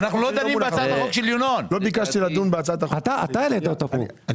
אתה העלית אותה פה.